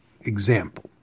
example